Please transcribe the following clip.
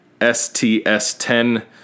STS10